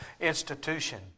institution